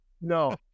No